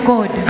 God